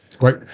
Right